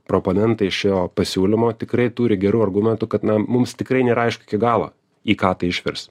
proponentai šio pasiūlymo tikrai turi gerų argumentų kad na mums tikrai neaišku iki galo į ką tai išvirs